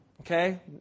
okay